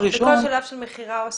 בכל שלב של מכירה או השכרה?